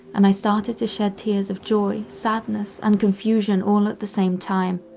and i started to shed tears of joy, sadness, and confusion all at the same time.